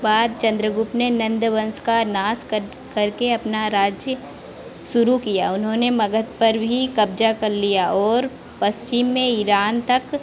बाद चन्द्रगुप्त ने नंद वंश का नाश कर करके अपना राज्य शुरू किया उन्होंने मगध पर भी कब्जा कर लिया और पश्चिम में ईरान तक